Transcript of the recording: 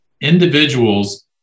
individuals